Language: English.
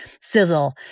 sizzle